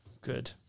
Good